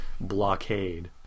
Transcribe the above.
blockade